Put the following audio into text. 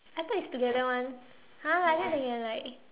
I thought is together [one] !huh! like that they can like